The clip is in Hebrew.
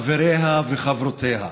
חבריה וחברותיה,